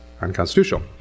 unconstitutional